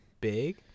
big